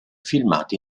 filmati